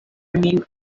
remained